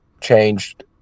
changed